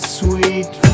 sweet